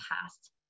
past